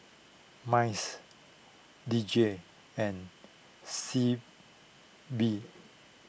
Mice D J and Sea B